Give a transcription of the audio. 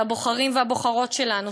של הבוחרים והבוחרות שלנו,